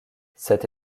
cette